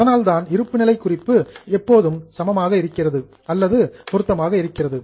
அதனால் தான் இருப்புநிலை குறிப்பு எப்போதும் சமமாக இருக்கிறது அல்லது மேட்ச்சஸ் பொருத்தமாக இருக்கிறது